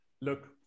Look